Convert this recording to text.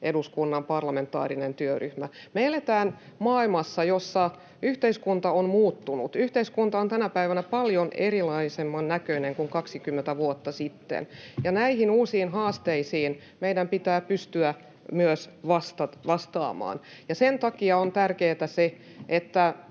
eduskunnan parlamentaarinen työryhmä. Me eletään maailmassa, jossa yhteiskunta on muuttunut. Yhteiskunta on tänä päivänä paljon erilaisemman näköinen kuin 20 vuotta sitten, ja näihin uusiin haasteisiin meidän pitää pystyä myös vastaamaan. Sen takia on tärkeätä se,